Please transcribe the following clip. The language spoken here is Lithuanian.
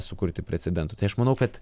sukurti precedento tai aš manau kad